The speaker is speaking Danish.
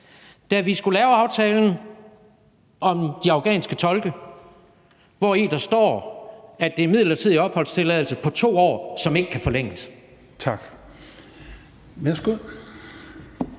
da vi skulle lave aftalen om de afghanske tolke, hvori der står, at det er en midlertidig opholdstilladelse på 2 år, som ikke kan forlænges?